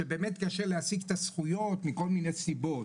שבאמת קשה להשיג את הזכויות מכל מיני סיבות.